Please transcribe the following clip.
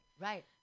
Right